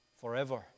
forever